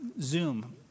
Zoom